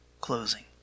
closing